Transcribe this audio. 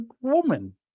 woman